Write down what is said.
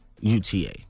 UTA